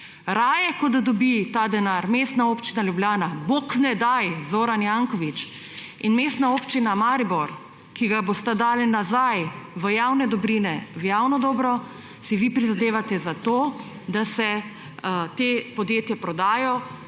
Raje, kot da dobita ta denar Mestna občina Ljubljana, bog ne daj Zoran Janković, in Mestna občina Maribor, ki ga bosta dali nazaj v javne dobrine, v javno dobro, si vi prizadevate za to, da se ta podjetja prodajo,